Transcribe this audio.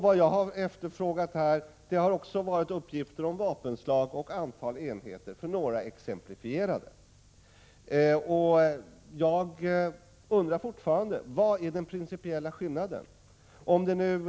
Vad jag har efterfrågat är visserligen också uppgifter om vapenslag och antal enheter beträffande några exemplifierade vapen. Men jag undrar fortfarande: Vad är den principiella skillnaden i detta sammanhang?